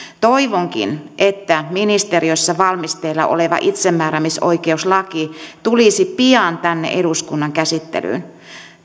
toivonkin että ministeriössä valmisteilla oleva itsemääräämisoikeuslaki tulisi pian tänne eduskunnan käsittelyyn